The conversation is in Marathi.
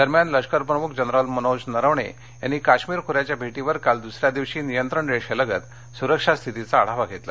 दरम्यान लष्कर प्रमुख जनरल मनोज नरवणे यांनी काश्मीर खोऱ्याच्या भेटीवर काल दुसऱ्या दिवशी नियंत्रण रेषेलगत सुरक्षा स्थितीचा आढावा घेतला